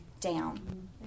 down